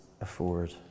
afford